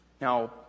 Now